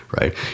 Right